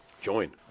Join